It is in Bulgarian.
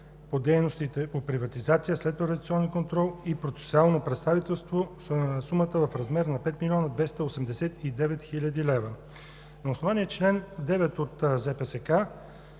дейностите по приватизация и следприватизационен контрол и процесуално представителство сумата в размер на 5 млн. 289 хил. лв. На основание чл. 9 от ЗПСК